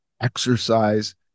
exercise